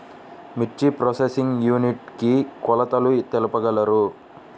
మిర్చి processing unit కి కొలతలు తెలుపగలరు?